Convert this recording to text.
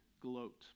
gloat